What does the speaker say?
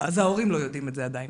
אז ההורים לא יודעים את זה עדיין,